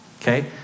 Okay